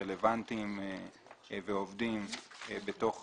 שרלוונטיים ועובדים בתוך